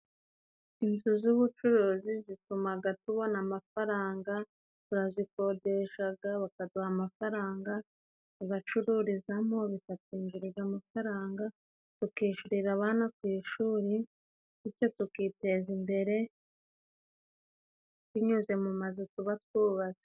Inzu z'ubucuruzi zitumaga tubona amafaranga, barazikodeshaga bakaduha amafaranga, tugacururizamo bikatwinjiriza amafaranga tukishurira abana ku ishuri bityo tukiteza imbere binyuze mu mazu tuba twubatse.